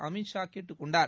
அமித் ஷா கேட்டுக் கொண்டார்